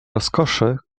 rozkoszy